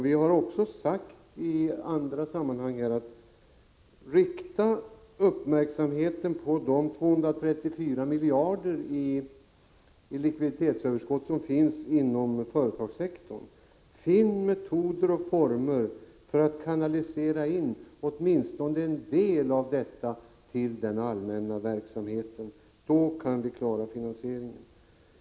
Vi har också i andra sammanhang sagt: Rikta uppmärksamheten på de 234 miljarder i likviditetsöverskott som finns inom företagssektorn! Finn metoder och former för att kanalisera åtminstone en del av detta till den allmänna verksamheten! Då kan vi klara finansieringen.